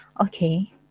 Okay